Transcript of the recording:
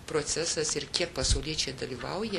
procesas ir kiek pasauliečiai dalyvauja